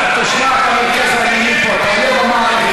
תשמע, אתה מרכז העניינים פה, אתה לב המערכת.